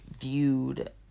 viewed